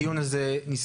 הדיון הזה נסגר.